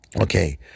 Okay